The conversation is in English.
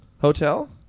hotel